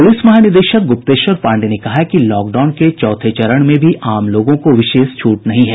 प्रलिस महानिदेशक ग्रप्तेश्वर पांडेय ने कहा है कि लॉकडाउन के चौथे चरण में भी आम लोगों को विशेष छूट नहीं है